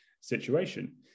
situation